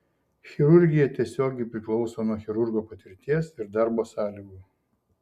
chirurgija tiesiogiai priklauso nuo chirurgo patirties ir darbo sąlygų